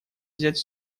взять